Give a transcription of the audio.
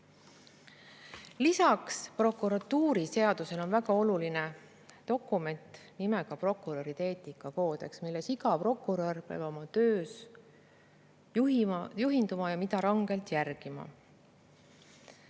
Lisaks prokuratuuriseadusele on väga oluline dokument nimega "Prokuröride eetikakoodeks", millest iga prokurör peab oma töös juhinduma ja mida rangelt järgima.